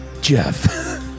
Jeff